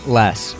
less